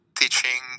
teaching